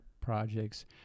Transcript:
projects